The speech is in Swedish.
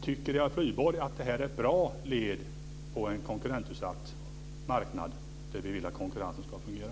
Tycker Eva Flyborg att det är ett bra led i detta med en konkurrensutsatt marknad där vi vill att konkurrensen ska fungera?